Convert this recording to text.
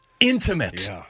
Intimate